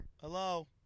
Hello